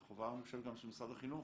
זה חובה אני חושב גם של משרד החינוך,